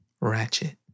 Ratchet